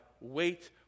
wait